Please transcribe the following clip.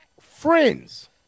friends